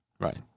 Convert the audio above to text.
Right